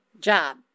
job